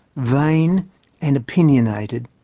vain and opinionated,